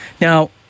Now